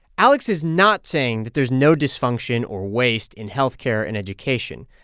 alex is not saying that there's no dysfunction or waste in health care and education.